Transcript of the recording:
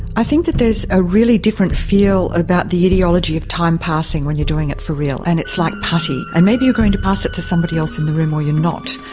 i think that there's a really different feel about the ideology of time passing when you're doing it for real and it's like putty. and maybe you're going to pass it to someone else in the room or you're not.